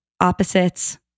opposites